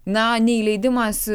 na neįleidimas